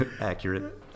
Accurate